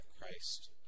Christ